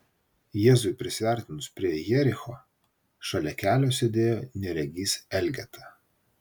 jėzui prisiartinus prie jericho šalia kelio sėdėjo neregys elgeta